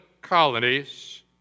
colonies